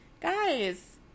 Guys